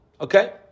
okay